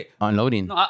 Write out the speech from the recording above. unloading